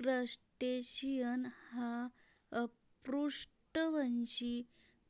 crustacean हा अपृष्ठवंशी